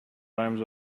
rhymes